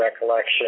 recollection